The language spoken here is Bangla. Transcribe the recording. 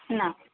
না